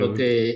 Okay